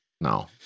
No